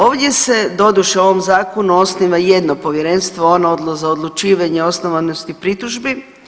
Ovdje se doduše u ovom zakonu osniva jedno povjerenstvo, ono za odlučivanje o osnovanosti pritužbi.